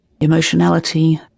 emotionality